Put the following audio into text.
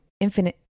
infinite